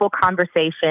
conversation